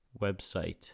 website